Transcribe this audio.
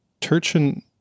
Turchin